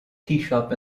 teashop